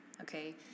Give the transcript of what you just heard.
okay